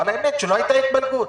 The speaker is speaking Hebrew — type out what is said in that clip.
אבל האמת שלא הייתה התפלגות.